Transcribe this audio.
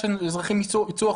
זה חוק שדגל שחור מתנוסס עליו.